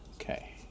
Okay